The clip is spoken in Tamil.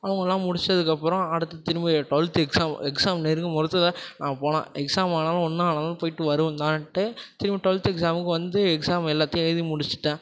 அவங்கெல்லாம் முடிச்சதுக்கு அப்புறம் அடுத்து திரும்ப டுவெல்த்து எக்ஸாம் எக்ஸாம் நெருங்கும் பொழுது தான் நான் போனேன் எக்ஸாம் ஆனாலும் என்ன ஆனாலும் போயிவிட்டு வருவேன் தான்ட்டு திரும்பி டுவெல்த்து எக்ஸாமுக்கு வந்து எக்ஸாம் எல்லாத்தையும் எழுதி முடிச்சிவிட்டேன்